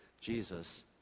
Jesus